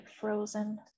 frozen